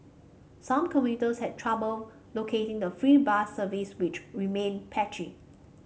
some commuters had trouble locating the free bus service which remained patchy